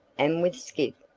and with skip,